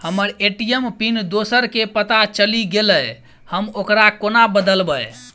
हम्मर ATM pin दोसर केँ पत्ता चलि गेलै, हम ओकरा कोना बदलबै?